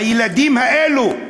הילדים האלה.